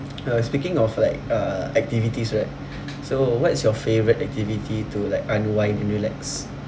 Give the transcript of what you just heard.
uh speaking of like uh activities right so what is your favourite activity to like unwind and relax